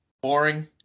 boring